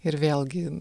ir vėlgi